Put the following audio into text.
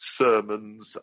Sermons